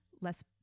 less